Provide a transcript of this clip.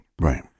Right